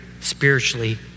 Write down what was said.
spiritually